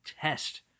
test